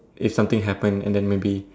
if something happened and then maybe